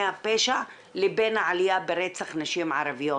הפשע לבין העלייה ברצח נשים ערביות.